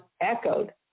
echoed